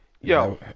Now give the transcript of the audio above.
Yo